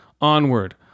Onward